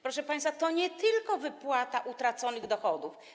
Proszę państwa, to nie tylko wypłata utraconych dochodów.